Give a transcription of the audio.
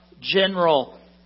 general